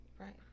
Right